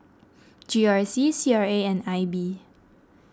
G R C C R A and I B